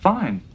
fine